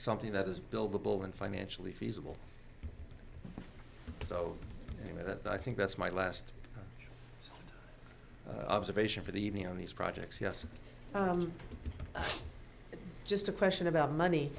something that is buildable and financially feasible so i think that's my last observation for the evening on these projects yes just a question about money